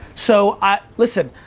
so, ah listen,